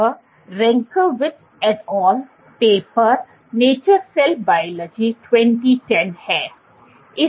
यह Renkawitz et al paper Nature Cell Biology २०१० Renkawitz et al paper Nature Cell Biology 2010 है